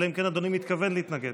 אלא אם כן אדוני מתכוון להתנגד.